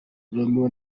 romeo